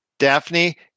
Daphne